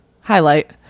Highlight